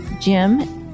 jim